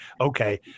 okay